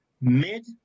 mid